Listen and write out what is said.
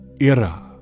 era